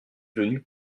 venue